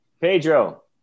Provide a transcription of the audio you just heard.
Pedro